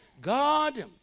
God